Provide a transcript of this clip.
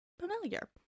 familiar